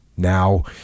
Now